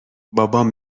بابام